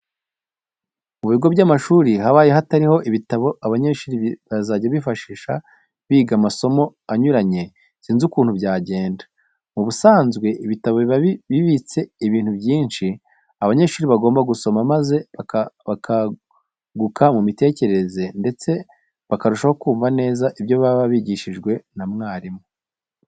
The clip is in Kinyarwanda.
Mu bigo by'amashuri habaye hatari ibitabo abanyeshuri bazajya bifashisha biga amasomo anyuranye sinzi ukuntu byagenda. Mu busanzwe ibitabo biba bibitse ibintu byinshi abanyeshuri bagomba gusoma maze bakaguka mu mitekerereze ndetse bakarushaho kumva neza ibyo baba bigishijwe na mwarimu.